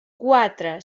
quatre